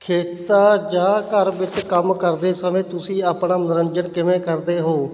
ਖੇਤਾਂ ਜਾਂ ਘਰ ਵਿੱਚ ਕੰਮ ਕਰਦੇ ਸਮੇਂ ਤੁਸੀਂ ਆਪਣਾ ਮਨੋਰੰਜਨ ਕਿਵੇਂ ਕਰਦੇ ਹੋ